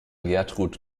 gertrud